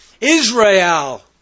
Israel